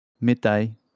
Midday